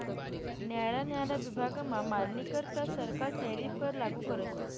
न्यारा न्यारा विभागमा मालनीकरता सरकार टैरीफ कर लागू करस